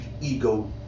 ego